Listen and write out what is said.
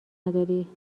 نداری